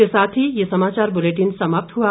इसी के साथ ये समाचार बुलेटिन समाप्त हुआ